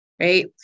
right